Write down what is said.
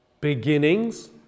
beginnings